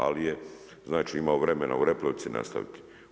Ali je znači imao vremena u replici nastaviti.